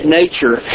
nature